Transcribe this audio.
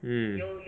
mm